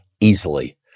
easily